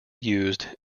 used